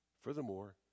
Furthermore